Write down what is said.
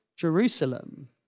Jerusalem